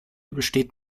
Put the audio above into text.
besteht